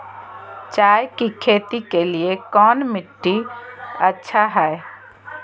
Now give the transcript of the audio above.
चाय की खेती के लिए कौन मिट्टी अच्छा हाय?